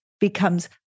becomes